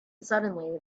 suddenly